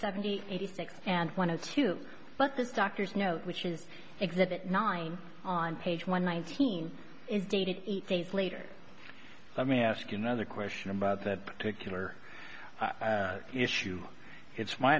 seventy eighty six and one of two but the doctor's note which is exhibit nine on page one nineteen is dated eight days later let me ask another question about that particular issue it's my